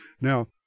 Now